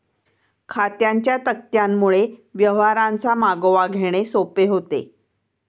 खात्यांच्या तक्त्यांमुळे व्यवहारांचा मागोवा घेणे सोपे होते